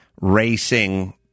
racing